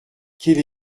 quelle